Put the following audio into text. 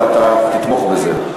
ואתה תתמוך בזה?